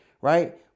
right